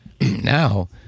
Now